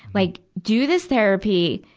like, do this therapy,